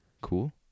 Cool